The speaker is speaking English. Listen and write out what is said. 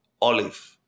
olive